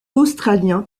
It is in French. australien